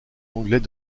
anglais